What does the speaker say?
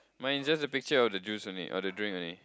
mine is just picture of the juice only or the drink only